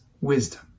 wisdom